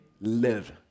live